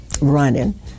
running